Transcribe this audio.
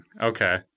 Okay